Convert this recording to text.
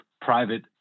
private